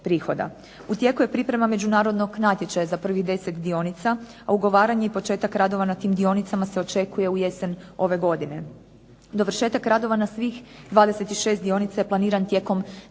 U tijeku je priprema međunarodnog natječaja za prvih 10 dionica, a ugovaran je i početak radova na tim dionicama se očekuje u jesen ove godine. Dovršetak radova na svih 26 dionica je planiran tijekom 2013.